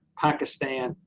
pakistan,